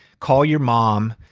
call your mom,